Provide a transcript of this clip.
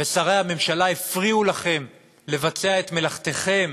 ושרי הממשלה הפריעו לכם לבצע את מלאכתכם